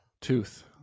Tooth